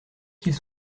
qu’ils